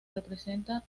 representa